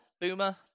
boomer